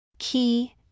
key